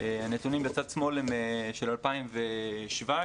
הנתונים בצד ימין הם של 2017,